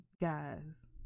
guys